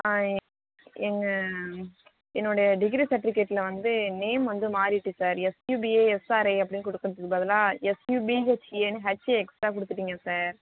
ஆ ஏ எங்கள் என்னோடய டிகிரி சர்ட்டிஃபிக்கேட்டில் வந்து நேம் வந்து மாறிட்டு சார் எஸ்யுபிஏஎஸ்ஆர்ஐ அப்டின் கொடுக்கறத்துக்கு பதிலாக எஸ்யுபிஹெச்ஏனு ஹெச் எக்ஸ்டரா கொடுத்துட்டிங்க சார்